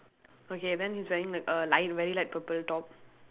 okay then he is wearing like a light very light purple top